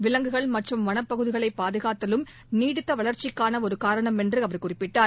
விலங்குகள் மற்றும் வனப்பகுதிகளைபாதுகாத்தலும் நீடித்தவளர்ச்சிக்கானஒருகாரணம் என்றுஅவர் தெரிவித்தார்